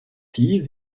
filles